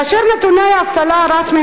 אדוני היושב-ראש, כאשר נתוני האבטלה הרשמיים